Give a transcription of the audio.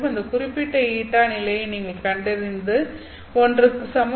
இந்த குறிப்பிட்ட η நிலையை நீங்கள் கண்டறிந்த ஒன்றுக்கு சமமாக